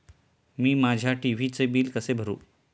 मी माझ्या टी.व्ही चे बिल कसे भरू?